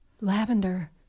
lavender